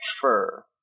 Fur